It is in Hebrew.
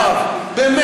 יואב, באמת.